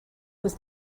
was